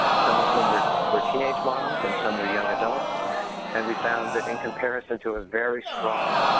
some of whom were were teenage moms and some were young adults and we've found that in comparison to a very strong.